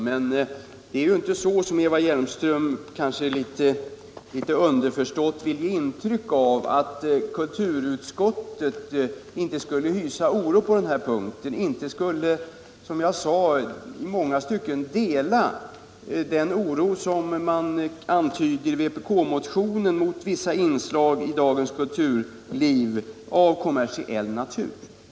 Men det är inte så som Eva Hjelmström litet underförstått vill ge ett intryck av, nämligen att kulturutskottet inte alls skulle dela den oro som antyds i vpk-motionen mot vissa kommersiella inslag i dagens kulturliv.